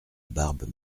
barbe